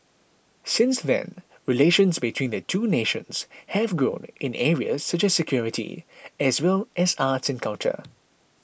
since then relations between the two nations have grown in areas such as security as well as arts and culture